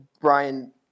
Brian